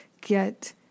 get